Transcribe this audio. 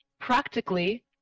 practically